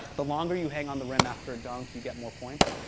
the longer you hang on the rim after a dunk, you get more points.